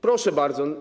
Proszę bardzo.